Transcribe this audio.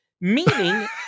meaning